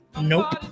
Nope